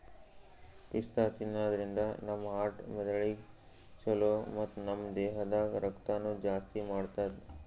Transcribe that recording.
ಪಿಸ್ತಾ ತಿನ್ನಾದ್ರಿನ್ದ ನಮ್ ಹಾರ್ಟ್ ಮೆದಳಿಗ್ ಛಲೋ ಮತ್ತ್ ನಮ್ ದೇಹದಾಗ್ ರಕ್ತನೂ ಜಾಸ್ತಿ ಮಾಡ್ತದ್